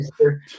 Mr